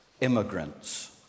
immigrants